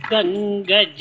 Ganga